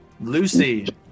Lucy